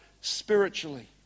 spiritually